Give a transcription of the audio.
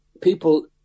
people